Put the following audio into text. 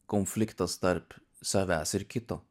konfliktas tarp savęs ir kito